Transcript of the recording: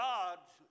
God's